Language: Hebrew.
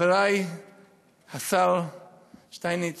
חברי השר שטייניץ,